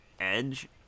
edge